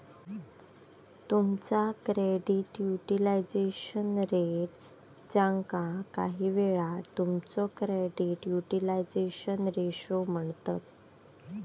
तुमचा credit utilisation rate, ज्याका काहीवेळा तुमचो क्रेडिट युटिलायझेशन रेशो म्हणतत